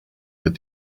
but